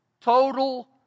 total